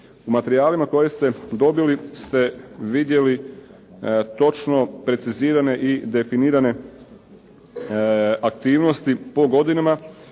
U materijalima koje ste dobili ste vidjeli točno precizirane i definirane aktivnosti po godinama